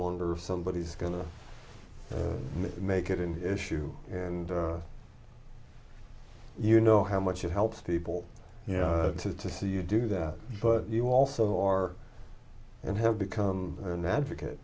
wonder if somebody is going to make it an issue and you know how much it helps people you know to to see you do that but you also are and have become an advocate